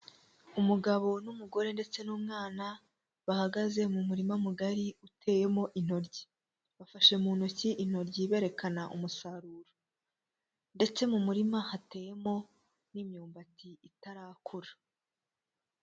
Umugabo n'umugore ndetse n'umwana, bahagaze mu murima mugari uteyemo intoryi, bafashe mu ntoki intoryi berekana umusaruro ndetse mu murima hateyemo n'imyumbati itarakura.